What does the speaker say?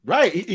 Right